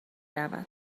رود